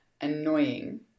annoying